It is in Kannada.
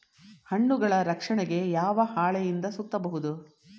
ಹಣ್ಣುಗಳ ರಕ್ಷಣೆಗೆ ಯಾವ ಹಾಳೆಯಿಂದ ಸುತ್ತಬಹುದು?